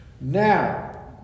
Now